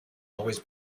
always